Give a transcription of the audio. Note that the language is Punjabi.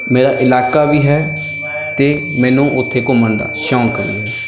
ਮੇਰਾ ਇਲਾਕਾ ਵੀ ਹੈ ਅਤੇ ਮੈਨੂੰ ਉੱਥੇ ਘੁੰਮਣ ਦਾ ਸ਼ੌਕ ਵੀ ਹੈ